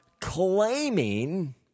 claiming